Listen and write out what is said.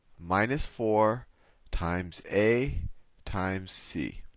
minus four times a times c.